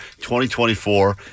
2024